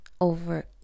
over